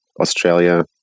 Australia